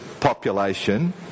population